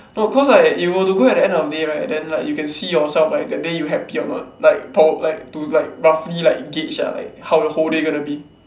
no cause like if you were go at the end of the day right then like you can see yourself right that day you happy or not like pro~ like to like roughly like gauge ah like how your whole day gonna be